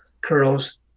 curls